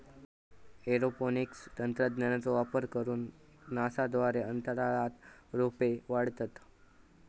aeroponics तंत्रज्ञानाचो वापर करून नासा द्वारे अंतराळात रोपे वाढवतत